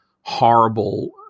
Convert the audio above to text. horrible